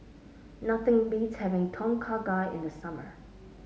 nothing beats having Tom Kha Gai in the summer